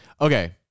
okay